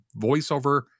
voiceover